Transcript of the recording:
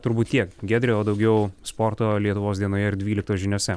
turbūt tiek giedre o daugiau sporto lietuvos dienoje ir dvyliktos žiniose